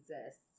exists